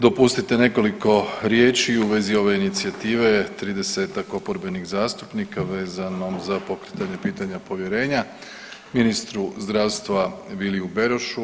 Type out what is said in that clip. Dopustite nekoliko riječi u vezi ove inicijative tridesetak oporbenih zastupnika vezano za pokretanje pitanja povjerenja ministru zdravstva Viliju Berošu.